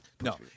No